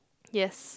yes